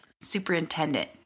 superintendent